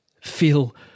Feel